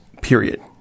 period